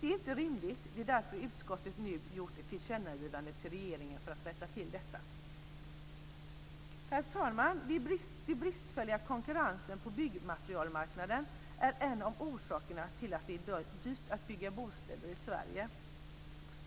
Det är inte rimligt. Det är därför utskottet nu har gjort ett tillkännagivande till regeringen för att rätta till detta. Herr talman! Den bristfälliga konkurrensen på byggmaterialmarknaden är en av orsakerna till att det är dyrt att bygga bostäder i Sverige.